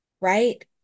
right